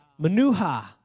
manuha